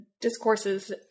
discourses